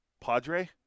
Padre